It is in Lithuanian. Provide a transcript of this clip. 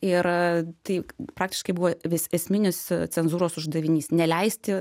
ir tai praktiškai buvo vis esminis cenzūros uždavinys neleisti